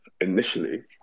Initially